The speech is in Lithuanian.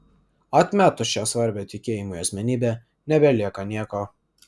atmetus šią svarbią tikėjimui asmenybę nebelieka nieko